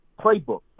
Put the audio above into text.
playbook